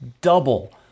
double